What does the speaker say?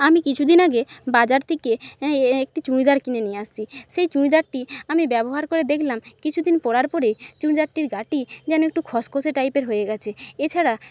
আমি কিছুদিন আগে বাজার থেকে একটি চুড়িদার কিনে নিয়ে আসছি সেই চুড়িদারটি আমি ব্যবহার করে দেখলাম কিছুদিন পরার পরে চুড়িদারটির গাটি যেন একটু খসখসে টাইপের হয়ে গেছে এছাড়া